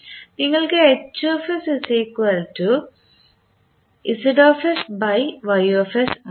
നിങ്ങൾക്ക് ഉണ്ടാകും